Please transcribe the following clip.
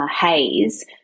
haze